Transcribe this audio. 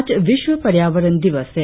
आज विश्व पर्यावरण दिवस है